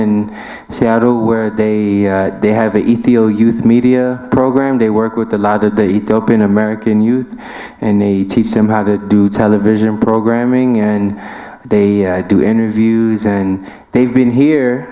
in seattle where they they have ethiopia youth media program they work with a lot of the ethiopian american youth and they teach them how to do television programming and they do interviews and they've been